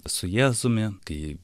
su jėzumi kai